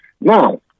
Now